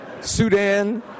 Sudan